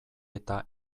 eta